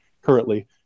currently